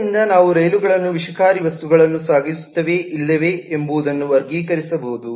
ಆದ್ದರಿಂದ ನಾವು ರೈಲುಗಳನ್ನು ವಿಷಕಾರಿ ವಸ್ತುಗಳನ್ನು ಸಾಗಿಸುತ್ತೇವೆಯೇ ಇಲ್ಲವೇ ಎಂಬುದನ್ನು ವರ್ಗೀಕರಿಸಬಹುದು